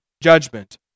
judgment